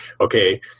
okay